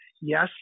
Yes